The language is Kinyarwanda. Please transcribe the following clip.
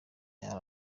iyo